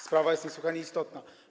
Sprawa jest niesłychanie istotna.